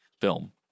film